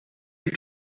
you